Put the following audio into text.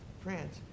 France